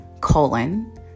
colon